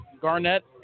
Garnett